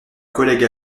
collègue